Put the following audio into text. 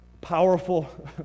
powerful